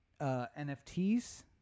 NFTs